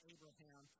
Abraham